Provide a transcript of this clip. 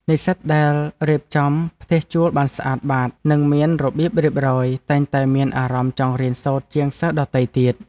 និស្សិតដែលរៀបចំផ្ទះជួលបានស្អាតបាតនិងមានរបៀបរៀបរយតែងតែមានអារម្មណ៍ចង់រៀនសូត្រជាងសិស្សដទៃទៀត។